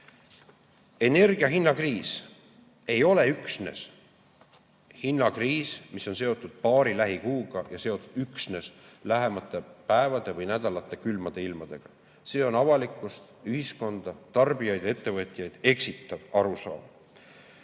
eurot. Energia hinna kriis ei ole üksnes hinnakriis, mis on seotud paari lähikuuga, üksnes lähemate päevade või nädalate külmade ilmadega. See on avalikkust, ühiskonda, tarbijaid ja ettevõtjaid eksitav arusaam.